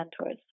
mentors